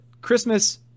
Christmas